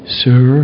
sir